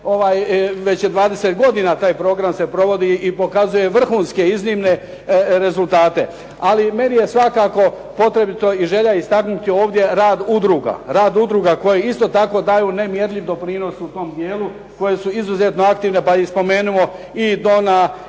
već 20 godina se provodi i pokazuje vrhunske iznimne rezultate. Ali meni je potrebito i želja istaknuti ovdje rad udruga koje isto tako daju nemjerljiv doprinos u tom dijelu koje su izuzetno aktivna pa i spomenimo i Dona,